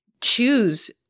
choose